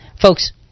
Folks